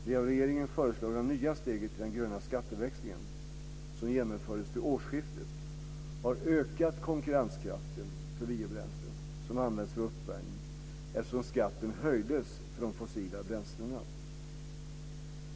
Det av regeringen föreslagna nya steget i den gröna skatteväxlingen som genomfördes vid årsskiftet har ökat konkurrenskraften för biobränslen som används för uppvärmning eftersom skatten höjdes för de fossila bränslena.